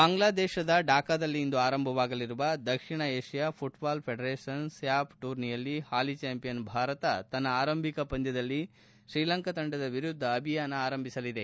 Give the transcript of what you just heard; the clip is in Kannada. ಬಾಂಗ್ಲಾದೇಶದ ಢಾಕಾದಲ್ಲಿ ಇಂದು ಆರಂಭವಾಗಲಿರುವ ದಕ್ಷಿಣ ಏಷ್ಯಾ ಪುಟ್ಪಾಲ್ ಫೆಡರೇಷನ್ ಸ್ಥಾಫ್ ಟೂರ್ನಿಯಲ್ಲಿ ಹಾಲಿ ಚಾಂಪಿಯನ್ ಭಾರತ ತನ್ನ ಆರಂಭಿಕ ಪಂದ್ಯದಲ್ಲಿ ಶ್ರೀಲಂಕಾ ತಂಡದ ವಿರುದ್ಧ ಅಭಿಯಾನ ಆರಂಭಿಸಲಿದೆ